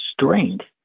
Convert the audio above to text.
strength